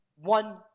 one